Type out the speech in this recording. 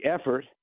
effort